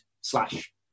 slash